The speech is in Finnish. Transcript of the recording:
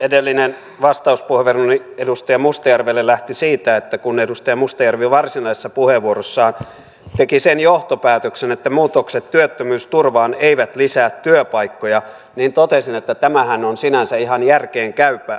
edellinen vastauspuheenvuoroni edustaja mustajärvelle lähti siitä että kun edustaja mustajärvi varsinaisessa puheenvuorossaan teki sen johtopäätöksen että muutokset työttömyysturvaan eivät lisää työpaikkoja niin totesin että tämähän on sinänsä ihan järkeenkäypää